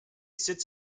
sits